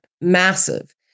Massive